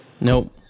Nope